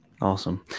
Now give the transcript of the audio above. Awesome